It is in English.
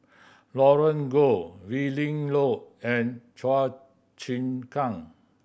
Roland Goh Willin Low and Chua Chim Kang